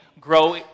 grow